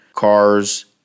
Cars